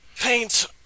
Paint